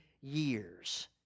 years